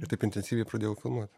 ir taip intensyviai pradėjau filmuot